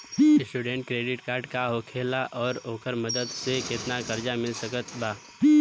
Student credit card का होखेला और ओकरा मदद से केतना कर्जा मिल सकत बा?